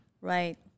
Right